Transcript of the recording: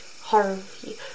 Harvey